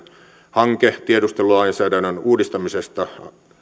hanke tiedustelulainsäädännön uudistamisesta